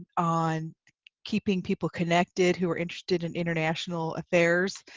on keeping people connected who are interested in international affairs.